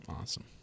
Awesome